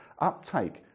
uptake